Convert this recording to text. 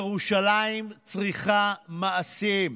ירושלים צריכה מעשים,